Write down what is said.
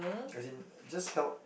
as in just help